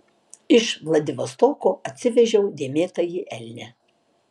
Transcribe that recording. iš vladivostoko atsivežiau dėmėtąjį elnią